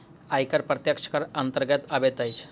आयकर प्रत्यक्ष करक अन्तर्गत अबैत अछि